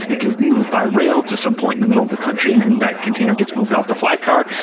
it gets moved by rail to some point in the middle of the country, and then that container gets moved off the flat car,